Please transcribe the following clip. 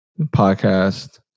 podcast